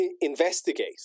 investigate